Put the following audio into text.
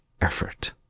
effort